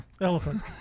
Elephant